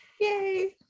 Yay